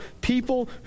people